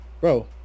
bro